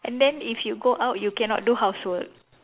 and then if you go out you cannot do housework